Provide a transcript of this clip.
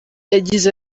yagize